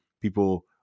people